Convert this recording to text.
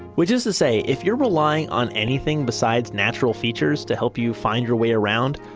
which is to say, if you're relying on anything besides natural features to help you find your way around,